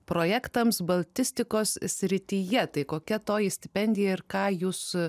projektams baltistikos srityje tai kokia toji stipendija ir ką jūs